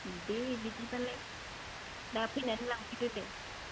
दे बिदिबालाय दा फैनानै लांफैदो दे